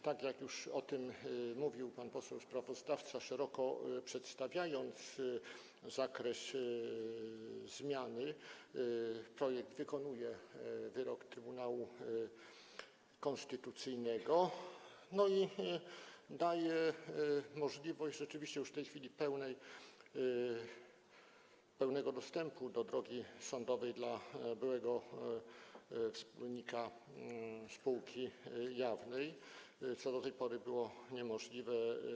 Tak jak już o tym mówił pan poseł sprawozdawca, szeroko przedstawiając zakres zmiany, projekt wykonuje wyrok Trybunału Konstytucyjnego i daje możliwość rzeczywiście już w tej chwili pełnego dostępu do drogi sądowej byłemu wspólnikowi spółki jawnej, co do tej pory było niemożliwe.